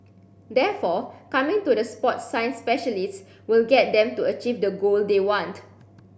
therefore coming to the sport science specialists will get them to achieve that goal they want